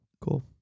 Cool